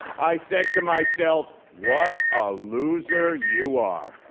i said to myself, what a loser you are.